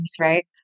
right